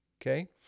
Okay